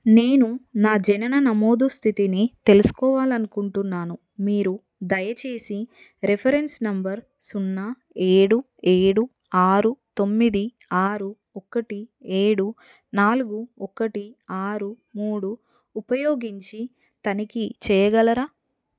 నేను నా జనన నమోదు స్థితిని తెలుసుకోవాలి అనుకుంటున్నాను మీరు దయచేసి రిఫరెన్స్ నెంబర్ సున్నా ఏడు ఏడు ఆరు తొమ్మిది ఆరు ఒకటి ఏడు నాలుగు ఒకటి ఆరు మూడు ఉపయోగించి తనిఖీ చేయగలరా